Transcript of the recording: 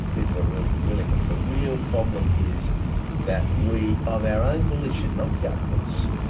people are really feeling it. the real problem is that we, of our own volition, not government's,